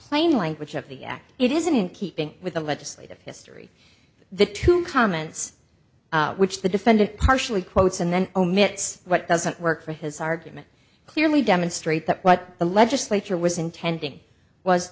plain language of the act it isn't in keeping with the legislative history the two comments which the defendant partially quotes and then omits what doesn't work for his argument clearly demonstrate that what the legislature was intending was